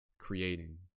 creating